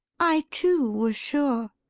i, too, was sure.